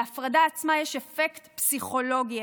להפרדה עצמה יש אפקט פסיכולוגי,